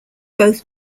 both